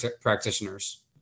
practitioners